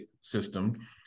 system